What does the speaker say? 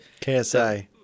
KSI